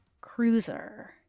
cruiser